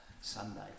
Sunday